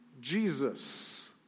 Jesus